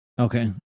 okay